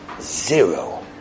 Zero